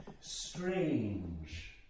strange